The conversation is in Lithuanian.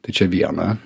tai čia viena